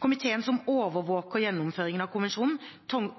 Komiteen som overvåker gjennomføringen av konvensjonen,